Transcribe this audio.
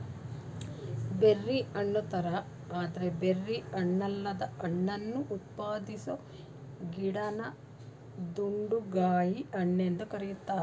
berry ಹಣ್ಣುತರ ಆದ್ರೆ berry ಹಣ್ಣಲ್ಲದ ಹಣ್ಣನ್ನು ಉತ್ಪಾದಿಸೊ ಗಿಡನ ದುಂಡುಗಾಯಿ ಹಣ್ಣೆಂದು ಕರೀತಾರೆ